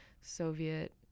Soviet